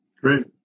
Great